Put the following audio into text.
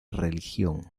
religión